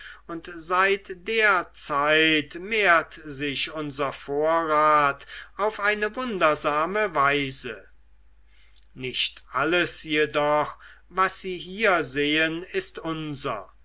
und seit der zeit mehrt sich unser vorrat auf eine wundersame weise nicht alles jedoch was sie hier sehen ist unser